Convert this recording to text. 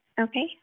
Okay